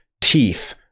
teeth